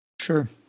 sure